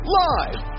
live